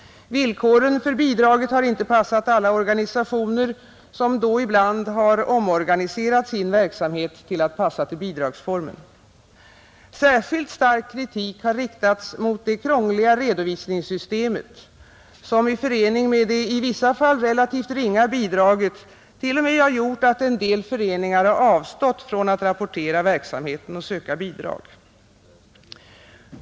Villkoren för bidraget har inte passat alla organisationer, som då ibland har omorganiserat sin verksamhet till att passa till bidragsformen. Särskilt stark kritik har riktats mot det krångliga redovisningssystemet, som i förening med det i vissa fall relativt ringa bidraget t.o.m. gjort att en del föreningar avstått från att rapportera verksamheten och söka bidrag.